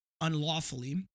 unlawfully